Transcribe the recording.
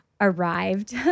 arrived